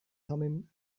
thummim